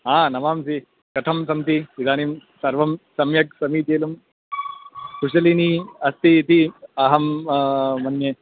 हा नमांसि कथं सन्ति इदानीं सर्वं सम्यक् समीचीनंं कुशलम् अस्ति इति अहं मन्ये